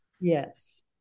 Yes